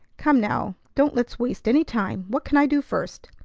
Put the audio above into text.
come now, don't let's waste any time. what can i do first?